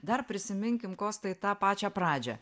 dar prisiminkim kostai tą pačią pradžią